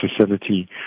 facility